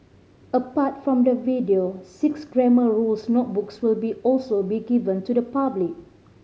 apart from the video six Grammar Rules notebooks will be also be given to the public